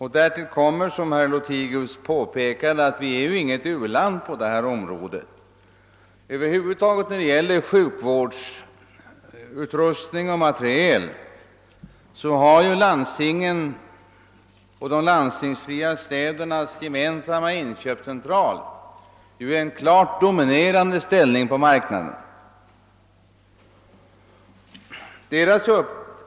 Härtill kommer, som herr Lothigius påpekade, att vi inte är något u-land på detta område. Över huvud taget har landstingens och de landstingsfria städernas gemensamma inköpscentral en klart dominerande ställning på marknaden när det gäller sjukvårdsutrustning och sjukvårdsmateriel.